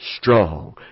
strong